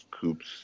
Coop's